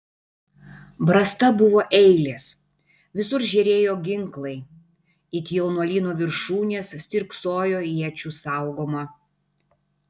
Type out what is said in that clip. brasta buvo eilės visur žėrėjo ginklai it jaunuolyno viršūnės stirksojo iečių saugoma